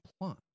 plot